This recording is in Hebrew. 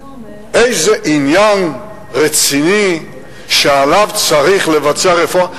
איזה עניין רציני שעליו צריך לבצע רפורמה,